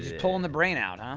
just pulling the brain out, um